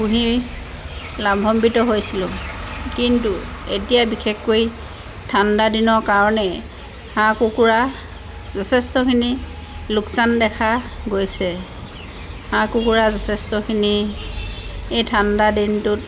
পুহি লাভাম্বিত হৈছিলোঁ কিন্তু এতিয়া বিশেষকৈ ঠাণ্ডা দিনৰ কাৰণে হাঁহ কুকুৰা যথেষ্টখিনি লোকচান দেখা গৈছে হাঁহ কুকুৰা যথেষ্টখিনি এই ঠাণ্ডা দিনটোত